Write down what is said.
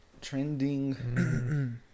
Trending